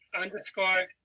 underscore